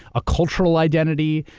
a cultural identity,